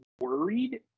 worried